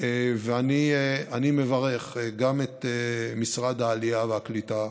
אני מברך גם את משרד העלייה והקליטה,